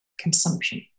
Consumption